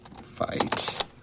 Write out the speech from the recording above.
Fight